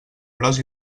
gros